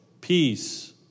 peace